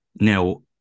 Now